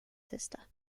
sister